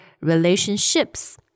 relationships